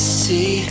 see